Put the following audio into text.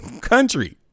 country